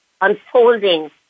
unfolding